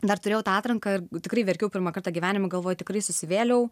dar turėjau tą atranką ir tikrai verkiau pirmą kartą gyvenime galvojau tikrai susivėliau